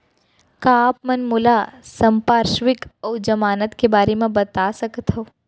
का आप मन मोला संपार्श्र्विक अऊ जमानत के बारे म बता सकथव?